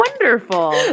wonderful